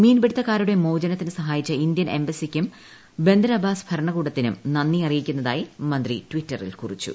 മീൻപിടുത്തക്കാരുടെ മോചനത്തിന് സഹായിച്ച ഇന്ത്യൻ എംബസിക്കും ബന്ധർ അബ്ബാസ് ഭരണകൂടത്തിനും നന്ദി അറിയിക്കുന്നതായി മന്ത്രി ട്വിറ്ററിൽ കുറിച്ചു